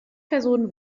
personen